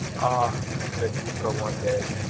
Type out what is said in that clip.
ah! said euphra, one day,